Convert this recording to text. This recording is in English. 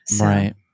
Right